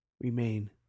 remain